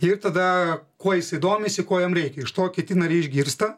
ir tada kuo jisai domisi ko jam reikia iš to kiti nariai išgirsta